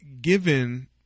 given